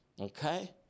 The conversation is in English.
Okay